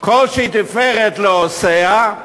"כל שהיא תפארת לעושיה"